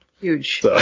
Huge